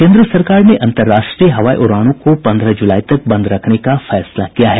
केन्द्र सरकार ने अन्तरराष्ट्रीय हवाई उड़ानों को पन्द्रह जुलाई तक बंद रखने का फैसला किया है